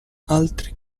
altri